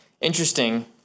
interesting